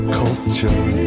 culture